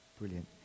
brilliant